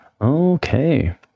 Okay